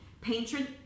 Patron